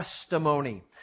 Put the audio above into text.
testimony